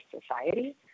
society